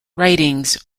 writings